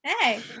Hey